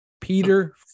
Peter